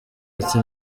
ati